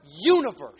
universe